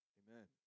amen